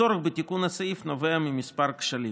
הצורך בתיקון הסעיף נובע מכמה כשלים.